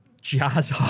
jazz